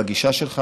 בגישה שלך,